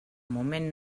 moment